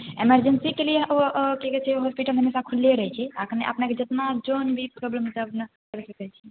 एमर्जेन्सीके लिए ओ ओ की कहै छै हॉस्पिटल हमेशा खुलले रहै छै अखने अपनेके जितना जौन भी प्रोबलम हेतै अपने कहि सकैत छियै